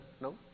no